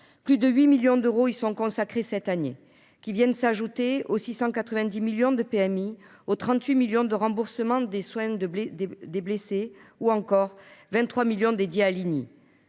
Plus de 8 millions d’euros y sont consacrés cette année. Ils viennent s’ajouter aux 690 millions d’euros de PMI, aux 38 millions d’euros de remboursement des soins des blessés, ou encore aux 23 millions d’euros dédiés à l’INI.